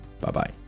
Bye-bye